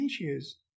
issues